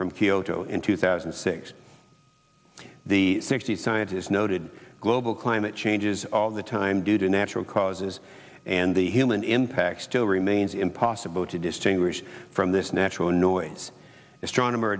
from kyoto in two thousand and six the sixty's scientists noted global climate changes all the time due to natural causes and the human impact still remains impossible to distinguish from this natural noise astronomer